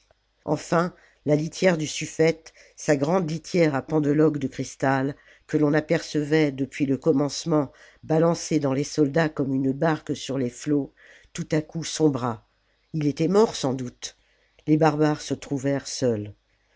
enfin la litière du suffète sa grande litière à pendeloques de cristal que l'on apercevait depuis le commencement balancée dans les soldats comme une barque sur les flots tout à coup sombra ii était mort sans doute les barbares se trouvèrent seuls